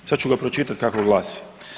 Sad ću ga pročitati kako glasi.